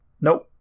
Nope